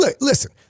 Listen